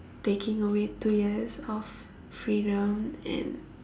taking away two years of freedom and